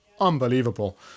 unbelievable